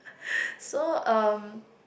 so um